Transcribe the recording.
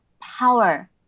power